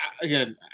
Again